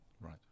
Right